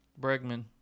Bregman